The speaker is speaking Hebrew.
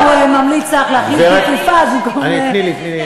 הוא ממליץ לך להחליף דוכיפת, תני לי.